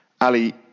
ali